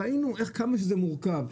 ראינו כמה שזה מורכב,